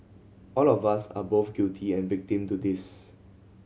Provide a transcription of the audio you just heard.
all of us are both guilty and victim to this